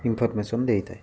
information ଦେଇଥାଏ